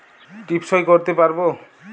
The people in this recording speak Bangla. টিপ সই করতে পারবো?